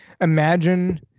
imagine